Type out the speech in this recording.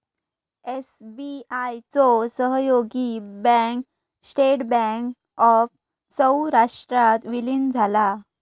SBI चो सहयोगी bank state bank of सौराष्ट्रात विलीन झाला